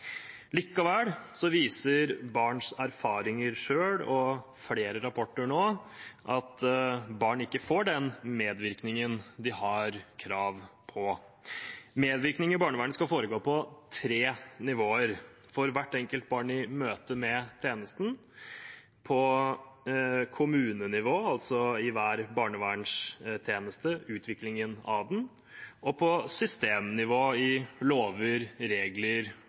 Likevel viser barns erfaringer selv og flere rapporter nå at barn ikke får den medvirkningen de har krav på. Medvirkning i barnevernet skal foregå på tre nivåer: for hvert enkelt barn i møte med tjenesten, på kommunenivå, altså i hver barnevernstjeneste og utviklingen av den, og på systemnivå, i lover, regler